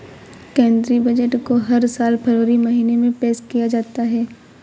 केंद्रीय बजट को हर साल फरवरी महीने में पेश किया जाता है